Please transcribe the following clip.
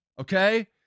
Okay